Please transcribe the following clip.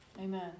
amen